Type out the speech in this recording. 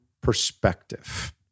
perspective